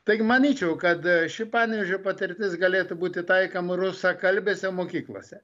taigi manyčiau kad ši panevėžio patirtis galėtų būti taikoma rusakalbėse mokyklose